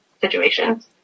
situations